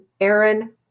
Aaron